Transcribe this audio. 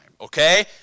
okay